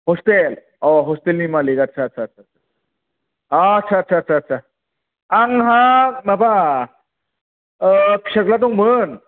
hostel अह ह'स्टेलनि मालिग आदसा आदसा आदसा आह आदसा आदसा आदसा आंहा माबा फिसाज्ला दंमोन